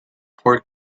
poor